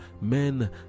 men